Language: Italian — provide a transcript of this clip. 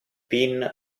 pin